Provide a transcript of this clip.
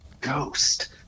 Ghost